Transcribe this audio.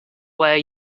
where